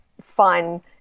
fun